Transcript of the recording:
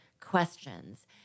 questions